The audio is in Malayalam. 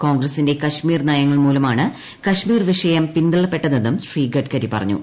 കോൺഗ്രസ്സിന്റെ കാശ്മീർ നയങ്ങൾ മൂലമാണ് കാശ്മീർ വിഷയം പിന്തള്ളപ്പെട്ടതെന്നും ശ്രീ ഗഡ്കരി പറഞ്ഞു